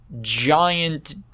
giant